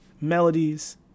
melodies